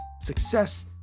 success